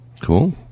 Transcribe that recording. Cool